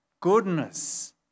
goodness